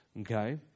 okay